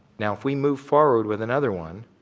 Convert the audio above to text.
now if we move forward with another one,